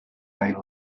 they